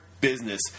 business